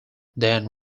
then